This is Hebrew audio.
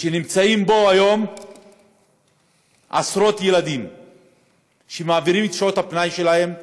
ונמצאים בו היום עשרות ילדים שמעבירים את שעות הפנאי שלהם ולומדים.